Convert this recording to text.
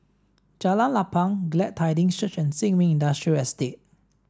Jalan Lapang Glad Tidings Church and Sin Ming Industrial Estate